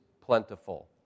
plentiful